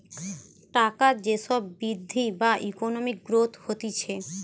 টাকার যে সব বৃদ্ধি বা ইকোনমিক গ্রোথ হতিছে